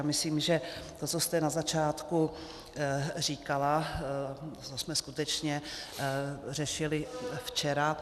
Myslím, že to, co jste na začátku říkala, to jsme skutečně řešili včera.